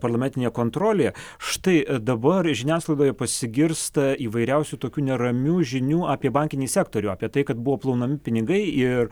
parlamentinė kontrolė štai dabar žiniasklaidoje pasigirsta įvairiausių tokių neramių žinių apie bankinį sektorių apie tai kad buvo plaunami pinigai ir